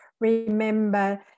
Remember